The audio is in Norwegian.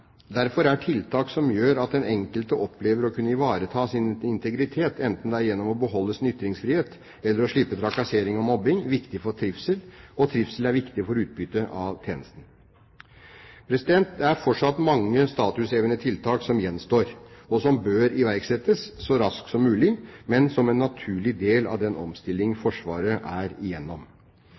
Derfor er tiltak som gjør at den enkelte opplever å kunne ivareta sin integritet, enten det er gjennom å beholde sin ytringsfrihet eller å slippe trakassering og mobbing, viktig for trivsel. Og trivsel er viktig for utbytte av tjenesten. Det er fortsatt mange statushevende tiltak som gjenstår, og som bør iverksettes så raskt som mulig, men som en naturlig del av den omstilling Forsvaret er igjennom.